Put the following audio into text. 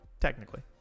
Technically